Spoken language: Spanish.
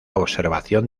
observación